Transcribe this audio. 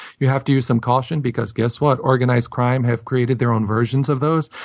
you have to use some caution because. guess what. organized crime have created their own versions of those.